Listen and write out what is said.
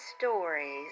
Stories